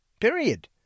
Period